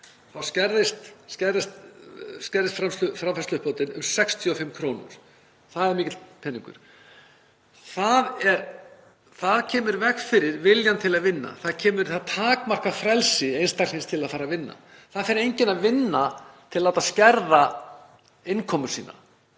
sér skerðist framfærsluuppbótin um 65 kr., það er mikill peningur. Það er það sem kemur í veg fyrir viljann til að vinna. Það er það sem takmarkar frelsi einstaklingsins til að fara að vinna. Það fer enginn að vinna til að láta skerða innkomu sína.